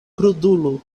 krudulo